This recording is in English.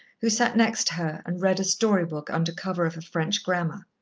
who sat next her and read a story-book under cover of a french grammar.